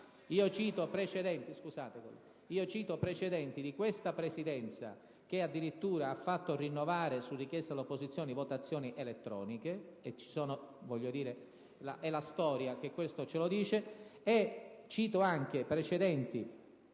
Io cito precedenti di questa Presidenza che, addirittura, ha fatto rinnovare, su richiesta dell'opposizione, votazioni elettroniche (ed è la storia che lo dice).